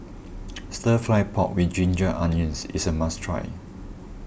Stir Fried Pork with Ginger Onions is a must try